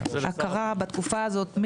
הכרה בתקופה הזאת,